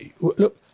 Look